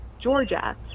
Georgia